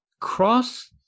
cross